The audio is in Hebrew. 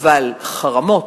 אבל חרמות,